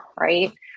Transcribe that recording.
right